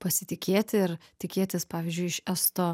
pasitikėti ir tikėtis pavyzdžiui iš esto